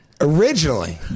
Originally